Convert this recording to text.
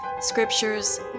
scriptures